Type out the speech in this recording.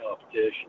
competition